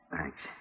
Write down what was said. Thanks